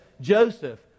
Joseph